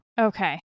okay